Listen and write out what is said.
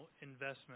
investment